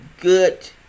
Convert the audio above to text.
good